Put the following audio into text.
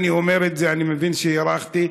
אני מבין שהארכתי,